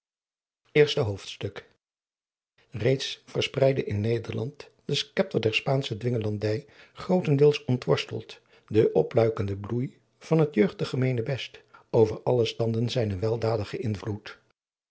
eerste hoofdstuk reeds verspreidde in nederland den schepter der spaansche dwingelandij grootendeels ontworsteld de opluikende bloei van het jeugdig gemeenebest over alle standen zijnen weldadigen invloed